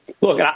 Look